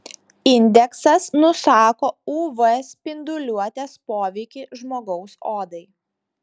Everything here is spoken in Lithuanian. indeksas nusako uv spinduliuotės poveikį žmogaus odai